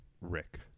Rick